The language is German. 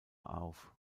auf